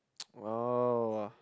oh